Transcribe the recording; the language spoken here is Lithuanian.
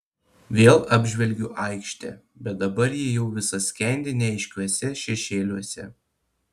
vėl apžvelgiu aikštę bet dabar ji jau visa skendi neaiškiuose šešėliuose